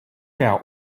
out